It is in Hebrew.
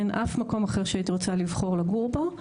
אין אף מקום אחר שהייתי רוצה לבחור לגור בו,